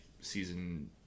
season